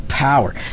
power